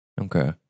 okay